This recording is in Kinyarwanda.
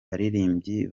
baririmbyi